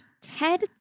Ted